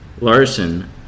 Larson